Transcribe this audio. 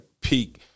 peak